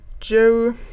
Joe